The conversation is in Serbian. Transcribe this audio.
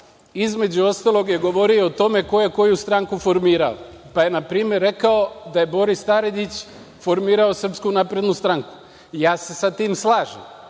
između ostalog je govorio o tome ko je koju stranku formirao. Pa je na primer rekao da je Boris Tadić formirao SNS. Ja se sa tim slažem,